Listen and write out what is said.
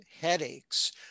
headaches